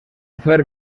fer